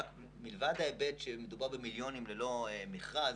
מלבד ההיבט שמדובר במיליונים ללא במכרז,